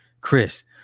Chris